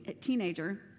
teenager